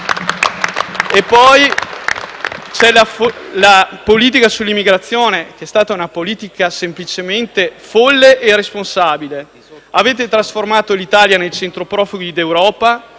Poi c'è la politica sull'immigrazione che è stata semplicemente folle e irresponsabile. Avete trasformato l'Italia nel centro profughi d'Europa,